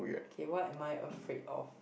okay what am I afraid of